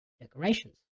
Decorations